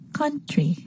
country